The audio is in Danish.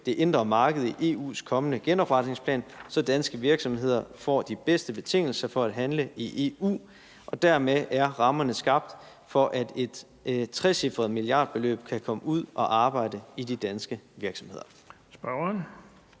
det indre marked i EU's kommende genopretningsplan, så danske virksomheder får de bedste betingelser for at handle i EU. Dermed er rammerne skabt for, at et trecifret milliardbeløb kan komme ud at arbejde i de danske virksomheder.